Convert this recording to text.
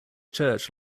church